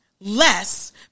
less